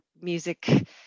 music